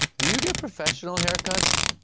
do you get professional haircuts?